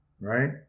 right